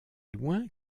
loin